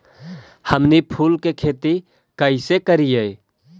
हमनी फूल के खेती काएसे करियय?